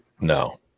No